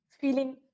feeling